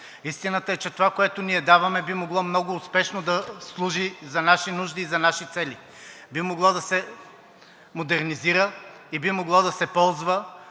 Истината е, че това, което ние даваме, би могло много успешно да служи за наши нужди и за наши цели. Би могло да се модернизира и би могло да се ползва